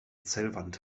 zellwand